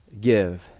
Give